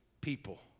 people